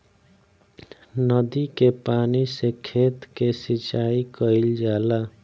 नदी के पानी से खेत के सिंचाई कईल जाला